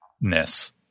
ness